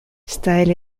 staël